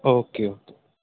okay okay